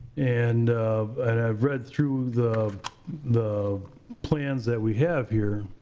and and i've read through the the plans that we have here.